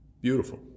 Beautiful